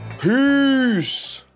Peace